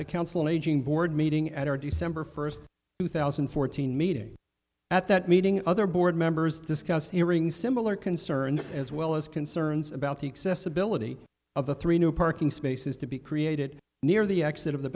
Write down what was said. the council an aging board meeting at r d center first two thousand and fourteen meeting at that meeting other board members discuss hearing similar concerns as well as concerns about the accessibility of the three new parking spaces to be created near the exit of the